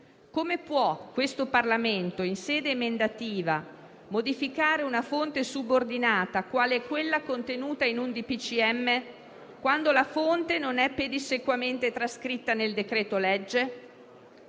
come può il Parlamento, in sede emendativa, modificare una fonte subordinata quale è quella contenuta in un DPCM, quando la fonte non è pedissequamente trascritta nel decreto-legge?